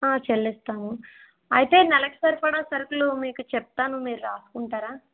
చెల్లిస్తాము అయితే నెలకు సరిపడా సరుకులు మీకు చెప్తాను మీరు రాసుకుంటారా